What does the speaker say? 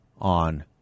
on